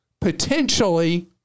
potentially